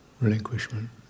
Relinquishment